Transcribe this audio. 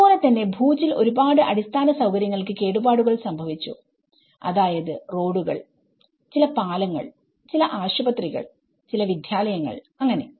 അതുപോലെതന്നെ ഭൂജിൽ ഒരുപാട് അടിസ്ഥാന സൌകര്യങ്ങൾക്ക് കേടുപാടുകൾ സംഭവിച്ചു അതായത് റോഡുകൾ ചില പാലങ്ങൾ ചില ആശുപത്രികൾ ചില വിദ്യാലയങ്ങൾ അങ്ങനെ